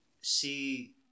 see